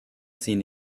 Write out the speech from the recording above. seen